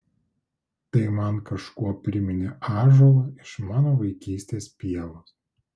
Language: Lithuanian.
tai man kažkuo priminė ąžuolą iš mano vaikystės pievos